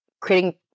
creating